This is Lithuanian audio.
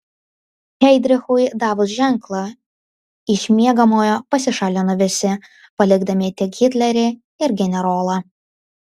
heidrichui davus ženklą iš miegamojo pasišalino visi palikdami tik hitlerį ir generolą